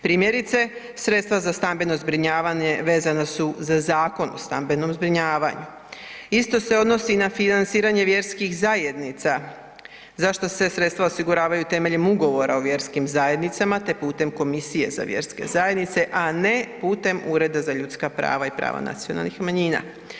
Primjerice, sredstva za stambeno zbrinjavanje vezana su za Zakon o stambenom zbrinjavanju, isto se odnosi na financiranje vjerskih zajednica zašto se sredstva osiguravaju temeljem Ugovora o vjerskim zajednicama te putem Komisije za vjerske zajednice a ne putem Ureda za ljudska prava i prava nacionalnih manjina.